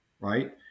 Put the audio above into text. right